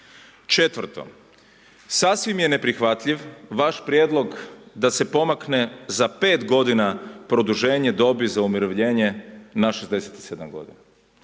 Četvrto. Sasvim je neprihvatljiv vaš prijedlog da se pomakne za 5 godina produženje dobi za umirovljenje na 67 godina.